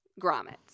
grommets